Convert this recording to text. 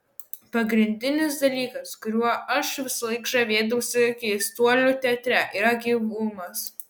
pagrindinis dalykas kuriuo aš visąlaik žavėdavausi keistuolių teatre yra gyvumas